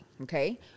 Okay